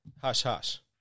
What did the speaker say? hush-hush